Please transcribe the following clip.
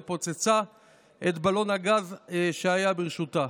ופוצצה את בלון הגז שהיה ברשותה.